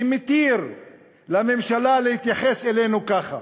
שמתיר לממשלה להתייחס אלינו ככה